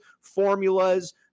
formulas